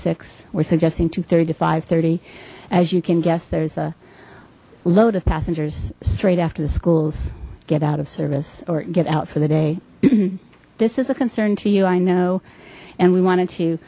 suggesting two thirty to five thirty as you can guess there's a load of passengers straight after the schools get out of service or get out for the day this is a concern to you i know and we wanted to